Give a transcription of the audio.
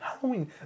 Halloween